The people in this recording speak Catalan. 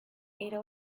era